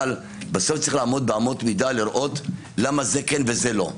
בסוף צריך לעמוד באמות מידה לראות למה זה כן וזה לא.